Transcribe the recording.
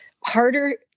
harder